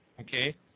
okay